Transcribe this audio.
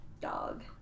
dog